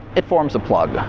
it forms a plug.